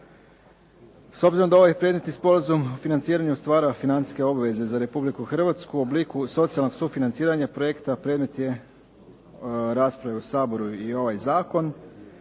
S obzirom da ovaj predmetni sporazum o financiranju stvara financijske obveze za Republiku Hrvatsku u obliku socijalnog sufinanciranja projekta, predmet je rasprave u Saboru i ovaj zakon.